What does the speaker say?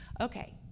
Okay